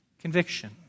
conviction